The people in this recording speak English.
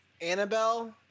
Annabelle